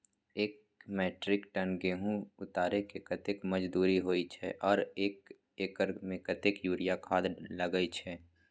एक metric ton गेहूं उतारेके कतेक मजदूरी होय छै आर एक एकर में कतेक यूरिया खाद लागे छै?